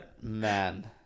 man